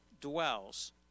dwells